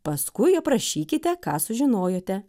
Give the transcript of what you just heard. paskui aprašykite ką sužinojote